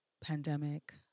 pandemic